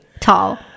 tall